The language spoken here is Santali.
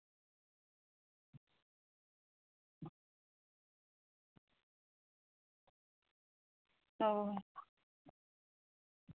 ᱚᱸᱻ